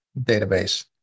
database